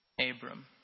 Abram